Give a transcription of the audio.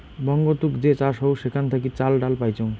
বঙ্গতুক যে চাষ হউ সেখান থাকি চাল, ডাল পাইচুঙ